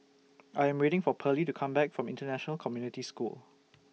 I Am waiting For Perley to Come Back from International Community School